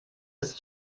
ist